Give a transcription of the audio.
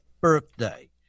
birthday